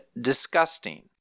disgusting